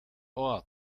ort